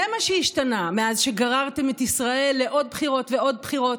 זה מה שהשתנה מאז שגררתם את ישראל לעוד בחירות ועוד בחירות.